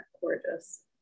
gorgeous